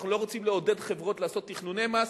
אנחנו לא רוצים לעודד חברות לעשות תכנוני מס,